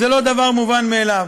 זה לא דבר מובן מאליו,